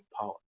power